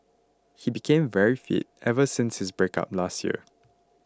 he became very fit ever since his breakup last year